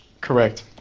Correct